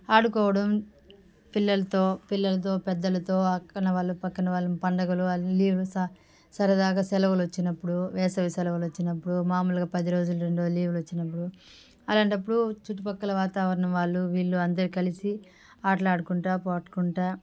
ఆడుకోవడం పిల్లలతో పిల్లలతో పెద్దలతో అక్కున వాళ్ళు పక్కన వాళ్ళు పండగలు లీవ్ సరదాగా సెలవులు వచ్చినప్పుడు వేసవి సెలవులు వచ్చినప్పుడు మామూలుగా పది రోజులు రెండు రోజులు లీవ్లు వచ్చినప్పుడు అలాంటప్పుడు చుట్టుపక్కల వాతావరణం వాళ్ళు వీళ్ళు అందరు కలిసి ఆటలు ఆడుకుంటా పాడుకుంటా